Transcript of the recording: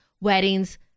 weddings